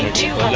two